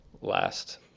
last